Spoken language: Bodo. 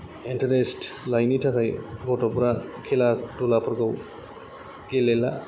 इन्थारेस्तनि थाखाय गथ'फोरा खेला धुलाफोरखौ गेलेला